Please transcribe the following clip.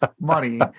money